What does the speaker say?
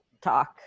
talk